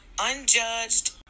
unjudged